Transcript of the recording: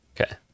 Okay